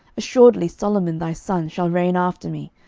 assuredly solomon thy son shall reign after me,